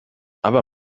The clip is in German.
aber